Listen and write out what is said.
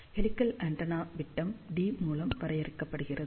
helical antenna விட்டம் D மூலம் வரையறுக்கப்படுகிறது